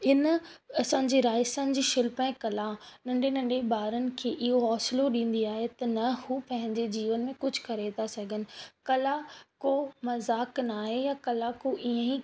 हिन असांजे राजस्थान जी शिल्प ऐं कला नंढे नंढे ॿारनि खे इहो हौसलो ॾींदी आहे त न हू पंहिंजे जीवन में कुझु करे था सघनि कला को मज़ाक न आहे या कला को इअं ई